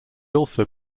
also